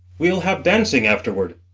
we'll have dancing afterward.